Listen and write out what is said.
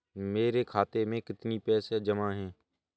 मेरे खाता में कितनी पैसे जमा हैं?